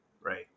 right